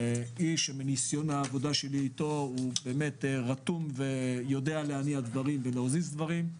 איש שמניסיון העבודה שלי אתו הוא רתום ויודע להניע ולהזיז דברים.